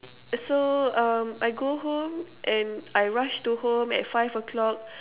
so um I go home and I rush to home at five o-clock